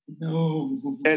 No